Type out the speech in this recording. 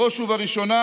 בראש ובראשונה,